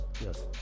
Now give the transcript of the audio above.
Yes